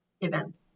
events